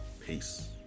Peace